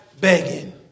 begging